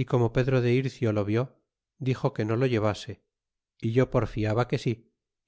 é como pedro de ircio lo vió dixo que no lo llevase é yo porfiaba que si